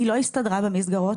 היא לא הסתדרה במסגרות.